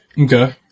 Okay